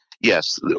Yes